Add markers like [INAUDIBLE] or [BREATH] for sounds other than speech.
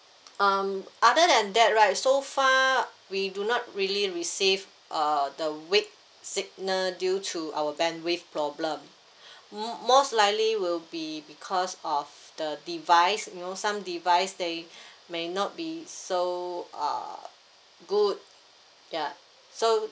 um other than that right so far we do not really receive uh the weak signal due to our bandwidth problem [BREATH] m~ most likely will be because of the device you know some device they [BREATH] may not be so uh good ya so